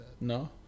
No